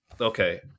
Okay